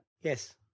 Yes